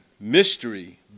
Mystery